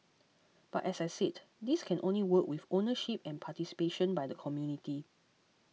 but as I said this can only work with ownership and participation by the community